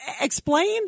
Explain